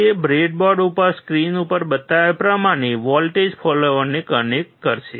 તે બ્રેડબોર્ડ ઉપર સ્ક્રીન ઉપર બતાવ્યા પ્રમાણે વોલ્ટેજ ફોલોઅરને કનેક્ટ કરશે